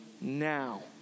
now